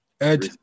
Ed